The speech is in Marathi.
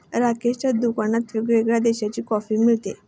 राकेशच्या दुकानात वेगवेगळ्या देशांची कॉफी मिळते